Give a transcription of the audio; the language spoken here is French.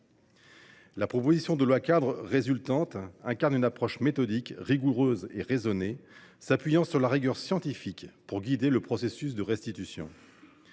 La proposition de loi cadre qui en a résulté incarne une approche méthodique, rigoureuse et raisonnée, s’appuyant sur la rigueur scientifique pour guider le processus de restitution.